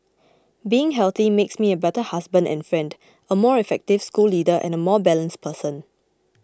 being healthy makes me a better husband and friend a more effective school leader and a more balanced person